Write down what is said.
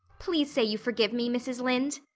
please say you forgive me, mrs. lynde.